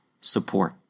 support